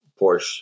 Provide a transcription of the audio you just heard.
porsche